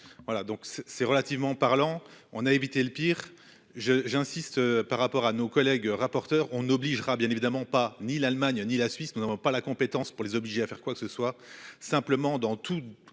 Voilà donc c'est c'est relativement parlant on a évité le pire je j'insiste par rapport à nos collègues rapporteurs on obligera, bien évidemment pas ni l'Allemagne ni la Suisse. Nous n'avons pas la compétence pour les obliger à faire quoi que ce soit simplement dans tout,